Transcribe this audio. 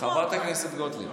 חברת הכנסת גוטליב,